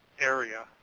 area